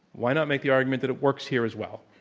why not make the argument that it works here as well.